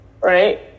right